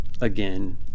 again